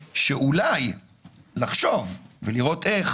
נחשוב לראות איך